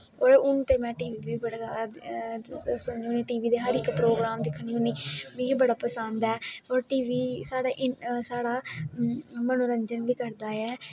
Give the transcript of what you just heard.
पर हुन में टी वी बड़ा टी वी दे हर इक प्रोग्राम दिक्खनी होन्नी मिगी बड़ा पसंद ऐ और टीवी साढ़ा मनोंरंजन बी करदा ऐ